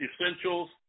essentials